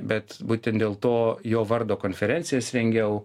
bet būtent dėl to jo vardo konferencijas rengiau